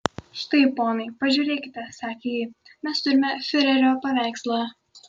štai ponai pažiūrėkite sakė ji mes turime fiurerio paveikslą